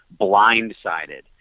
blindsided